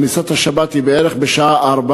כניסת השבת היא בערך ב-16:00,